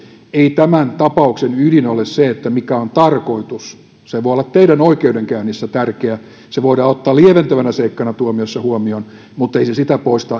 ei tämän tapauksen ydin ole se mikä on tarkoitus se voi olla teidän oikeudenkäynnissänne tärkeä se voidaan ottaa lieventävänä seikkana tuomiossa huomioon mutta ei se sitä poista